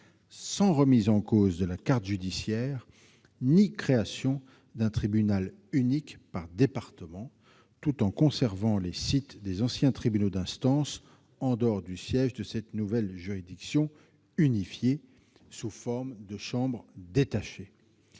sans remise en cause de la carte judiciaire, ni création d'un tribunal unique par département, tout en conservant les sites des anciens tribunaux d'instance, en dehors du siège de cette nouvelle juridiction unifiée sous forme de chambre détachée.